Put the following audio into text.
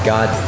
God